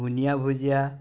বুনিয়া ভূজীয়া